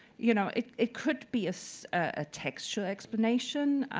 you know, it it could be a so ah textual explanation.